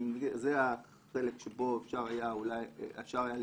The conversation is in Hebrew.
וזה החלק שבו אפשר היה להתמקד